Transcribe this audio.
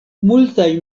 multaj